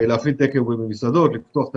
להפעיל טייק-אווי במסעדות; לפתוח את